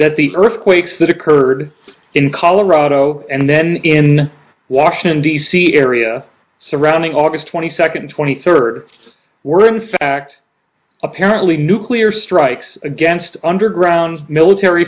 that the earthquakes that occurred in colorado and then in washington d c area surrounding aug twenty second twenty third it's were in fact apparently nuclear strikes against underground military